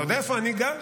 אתה יודע איפה אני גר?